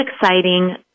exciting